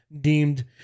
deemed